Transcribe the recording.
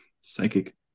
psychic